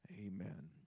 Amen